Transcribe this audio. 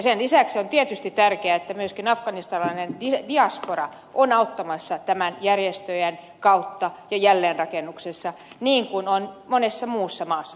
sen lisäksi on tietysti tärkeää että myöskin afganistanilainen diaspora on auttamassa näiden järjestöjen kautta ja jälleenrakennuksessa niin kuin on monessa muussa maassa tehty